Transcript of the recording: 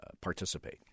participate